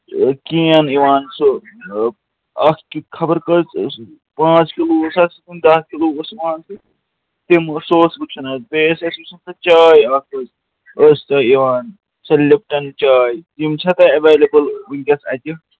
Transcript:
کین یِوان سُہ اَکھ خبر کہِ کٔژ پانٛژھ کِلوٗ اوس آسہِ کُنہِ دَہ کِلوٗ اوس یِوان سُہ تِم سُہ اوس وٕچھُن حَظ بیٚیہِ ٲسۍ اَسہِ سۄ چاے اَکھ حظ ٲس تۄہہِ یِوان سۄ لِپٹَن چاے یِم چھا تۄہہِ ایویلیبٕل وٕنۍکٮ۪س اَتہِ